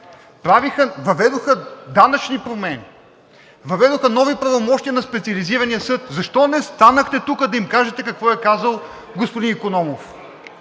въведоха данъчни промени, въведоха нови правомощия на Специализирания съд? Защо не станахте тук да им кажете какво е казал господин Икономов?